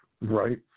right